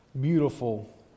beautiful